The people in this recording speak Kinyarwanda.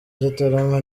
gitarama